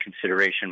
consideration